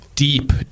Deep